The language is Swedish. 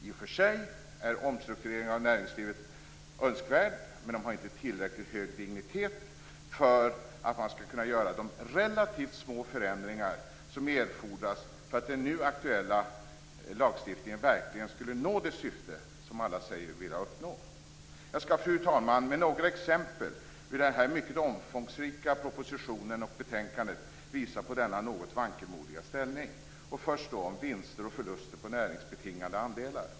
I och för sig är en omstrukturering av näringslivet önskvärd, men den har inte tillräckligt hög dignitet för att man skall kunna göra de relativt små förändringar som erfordras för att den nu aktuella lagstiftningen verkligen skall nå det syfte som alla säger sig vilja uppnå. Fru talman! Med några exempel ur den här mycket omfångsrika propositionen och ur betänkandet skall jag visa på denna något vankelmodiga inställning. Jag börjar med vinster och förluster på näringsbetingade andelar.